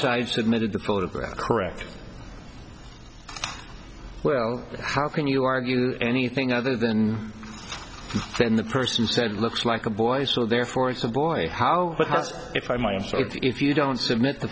side submitted the photograph correct well how can you argue anything other than then the person said looks like a boy so therefore it's a boy how am i am so if you don't submit